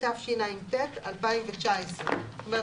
התשע״ט-2019;".